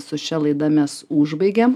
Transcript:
su šia laida mes užbaigėm